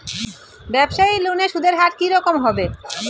ব্যবসায়ী লোনে সুদের হার কি রকম হবে?